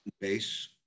base